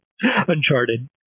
Uncharted